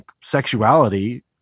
sexuality